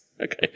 okay